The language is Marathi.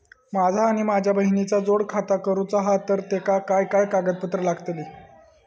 माझा आणि माझ्या बहिणीचा जोड खाता करूचा हा तर तेका काय काय कागदपत्र लागतली?